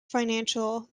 financial